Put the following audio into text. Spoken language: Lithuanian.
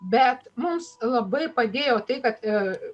bet mums labai padėjo tai kad